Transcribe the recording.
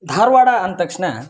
Dharwad ಅಂತಕ್ಷಣ